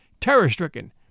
terror-stricken